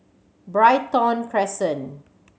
Brighton Crescent